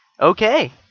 Okay